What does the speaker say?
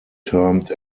termed